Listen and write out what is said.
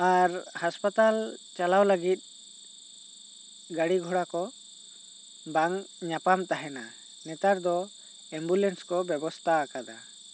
ᱟᱨ ᱦᱟᱥᱯᱟᱛᱟᱞ ᱪᱟᱞᱟᱣ ᱞᱟᱹᱜᱤᱫ ᱜᱟᱹᱰᱤ ᱜᱷᱚᱲᱟ ᱠᱚ ᱵᱟᱝ ᱧᱟᱯᱟᱢ ᱛᱟᱦᱮᱱᱟ ᱱᱮᱛᱟᱨ ᱫᱚ ᱮᱢᱵᱩᱞᱮᱱᱥ ᱠᱚ ᱵᱮᱵᱚᱛᱷᱟ ᱟᱠᱟᱫᱟ